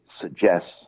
suggests